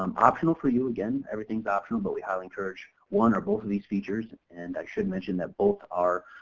um optional for you again, everything's optional but we highly encourage one or both of these features and i should mention that both are,